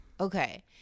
Okay